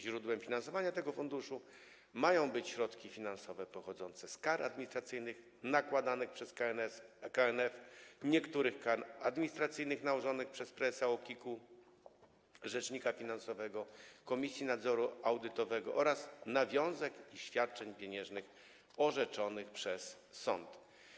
Źródłem finansowania tego funduszu mają być środki finansowe pochodzące z kar administracyjnych nakładanych przez KNF, niektórych kar administracyjnych nałożonych przez prezesa UOKiK i rzecznika finansowego Komisji Nadzoru Audytowego oraz nawiązek i świadczeń pieniężnych orzeczonych przez sąd.